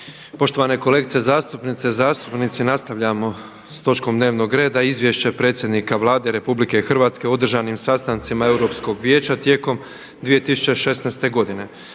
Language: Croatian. Poštovane kolegice zastupnice i zastupnici nastavljamo s točkom dnevnog reda: 2. Izvješće predsjednika Vlade Republike Hrvatske o održanim sastancima Europskog vijeća tijekom 2016. godine.